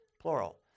Plural